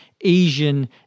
Asian